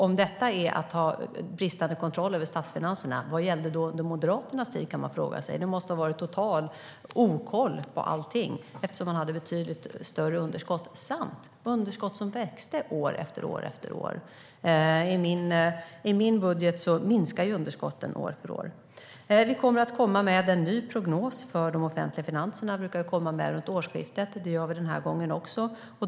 Om detta är att ha bristande kontroll över statsfinanserna, vad gällde då under Moderaternas tid? kan man fråga sig. Det måste ha varit total okoll på allting, eftersom man hade betydligt större underskott samt underskott som växte år efter år. I min budget minskar underskotten år för år. Vi kommer att komma med en ny prognos för de offentliga finanserna. Det brukar vi komma med runt årsskiftet, och det gör vi den här gången också.